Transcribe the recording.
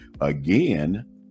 Again